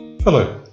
Hello